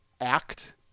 act